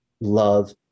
love